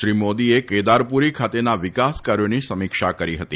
શ્રી મોદીએ કેદારપુરી ખાતેના વિકાસકાર્યોની સમીક્ષા કરી હતી